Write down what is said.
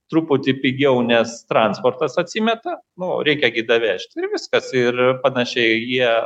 truputį pigiau nes transportas atsimeta nu reikia gi davežt ir viskas ir panašiai jie